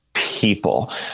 People